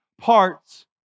parts